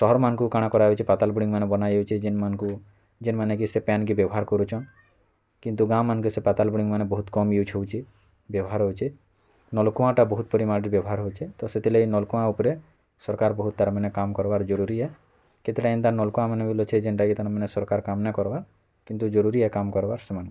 ଘର୍ମାନଙ୍କୁ କାଁଣା କରା ଯାଉଛି ପାତାଲ ବନା ହଉଛେ ଯେନ୍ ମାନଙ୍କୁ ଯେନ୍ ମାନକି ସେ ପାନ୍ କି ବ୍ୟବହାର୍ କରୁଛନ୍ କିନ୍ତୁ ଗାଁ ମାନକେ ସେ ପାତାଲ୍ ବୁରିଙ୍ଗ୍ ମାନେ ବହୁତ କମ୍ ୟୁଜ୍ ହେଉଛି ବବ୍ୟହାର୍ ହେଉଛି ନଲକୂଆଁଟା ବହୁତ ପରିମାଣରେ ବବ୍ୟହାର୍ ହେଉଛି ତ ସେଥିଲାଗି ନଲକୂଆଁ ଉପରେ ସରକାର୍ ବହୁତ ତା'ର୍ ମାନେ କାମ୍ କରବାକେ ଜରୁରୀ ଏ କେତେ ଟା ଏନ୍ତା ନଲକୂଆଁମାନେ ବିଲ ଅଛେ ଯେନ୍ତା କି ତା'ର୍ ମାନେ ସରକାର୍ କାମ୍ ନାଇଁ କର୍ବା କିନ୍ତୁ ଜରୁରୀ ଏ କାମ୍ କର୍ବାର୍ ସେମାନଙ୍କୁ